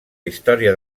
història